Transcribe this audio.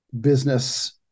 business